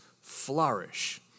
flourish